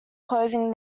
closing